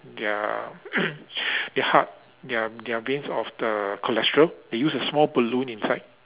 their their heart their their veins of the cholesterol they use a small balloon inside